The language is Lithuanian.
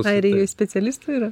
airijoj specialistų yra